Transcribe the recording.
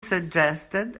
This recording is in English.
suggested